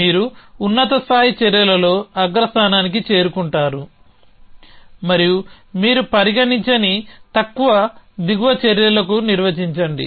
మీరు ఉన్నత స్థాయి చర్యలలో అగ్రస్థానానికి చేరుకుంటారు మరియు మీరు పరిగణించని తక్కువ దిగువ చర్యలకు నిర్వచించండి